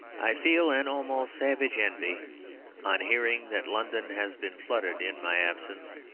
i feel an almost savage envy on hearing that london has been flooded in my absence,